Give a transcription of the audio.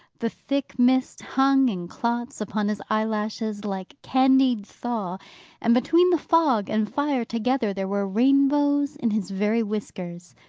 the thick mist hung in clots upon his eyelashes like candied thaw and, between the fog and fire together, there were rainbows in his very whiskers.